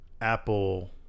Apple